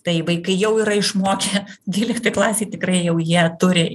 tai vaikai jau yra išmokę dvyliktoj klasėj tikrai jau jie turi